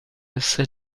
essere